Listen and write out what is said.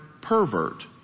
pervert